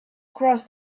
cross